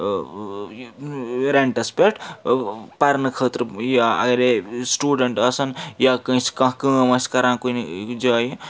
رینٛٹَس پٮ۪ٹھ پَرنہٕ خٲطرٕ یا اَگَرے سِٹوٗڈَنٹ آسان یا کٲنٛسہِ کانٛہہ کٲم آسہِ کَران کُنہِ جایہِ